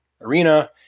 Arena